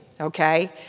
okay